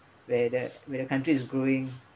where that where the country is growing